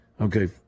Okay